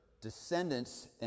descendants